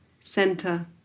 center